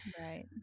right